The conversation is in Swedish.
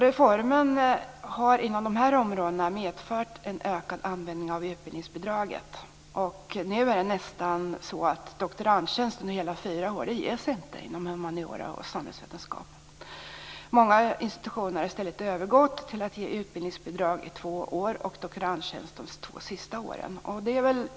Reformen har inom de här områdena medfört en ökad användning av utbildningsbidraget. Nu är det nästan så att doktorandtjänst under hela fyra år inte ges inom humaniora och samhällsvetenskap. Många institutioner har i stället övergått till att ge utbildningsbidrag i två år och doktorandtjänst under de två sista åren.